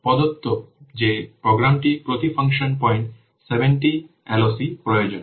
প্রদত্ত যে প্রোগ্রামটি প্রতি ফাংশন পয়েন্টে 70 LOC প্রয়োজন